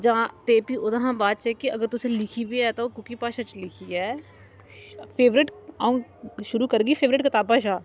जां ते फ्ही ओह्दे हा बाद च कि अगर तुसें लिखी बी ऐ ते ओह् कोह्की भाशा च लिखी ऐ फेवरट अ'ऊं शुरू करगी फेवरट कताबा शा